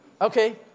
Okay